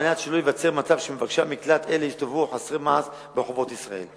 על מנת שלא ייווצר מצב שמבקשי מקלט אלה יסתובבו חסרי מעש ברחובות ישראל.